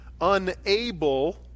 unable